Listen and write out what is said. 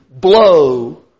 blow